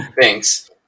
Thanks